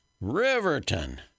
Riverton